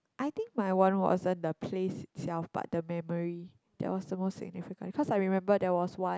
I think my one wasn't the place itself but the memory that was the most significant because I remember there was one